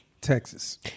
Texas